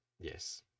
Yes